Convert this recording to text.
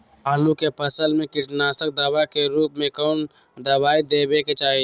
आलू के फसल में कीटनाशक दवा के रूप में कौन दवाई देवे के चाहि?